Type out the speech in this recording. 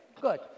Good